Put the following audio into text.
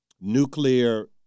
nuclear